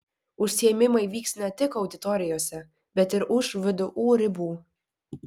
užsiėmimai vyks ne tik auditorijose bet ir už vdu ribų